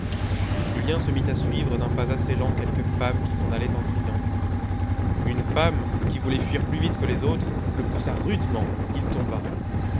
julien se mit à suivre d'un pas assez lent quelques femmes qui s'en allaient en criant une femme qui voulait fuir plus vite que les autres le poussa rudement il tomba